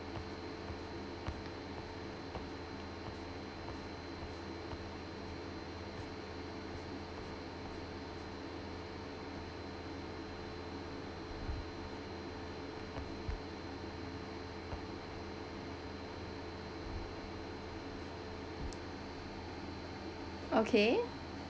okay